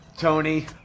Tony